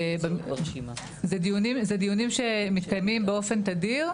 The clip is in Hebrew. אלה דיונים שמתקיימים באופן תדיר.